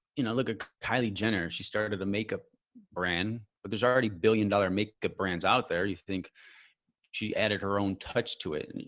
you know, look at kylie jenner, she started at a makeup brand, but there's already billion-dollar makeup brands out there. you think she added her own touch to it, and